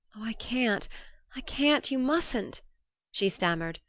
i can't i can't you mustn't she stammered,